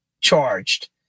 charged